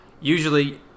Usually